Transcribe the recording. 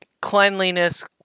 cleanliness